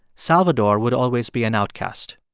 salvador would always be an outcast.